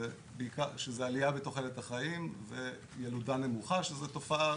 שזו עלייה בתוחלת החיים וילודה נמוכה, שזו תופעה